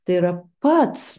tai yra pats